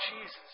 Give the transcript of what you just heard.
Jesus